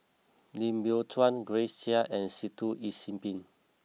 Lim Biow Chuan Grace Chia and Sitoh Yih Sin Pin